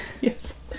Yes